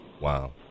wow